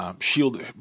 Shield